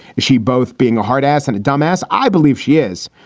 she both being a hard ass and a dumb ass. i believe she is.